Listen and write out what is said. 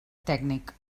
tècnic